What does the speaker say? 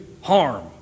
harm